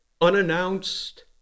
unannounced